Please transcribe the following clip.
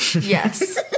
Yes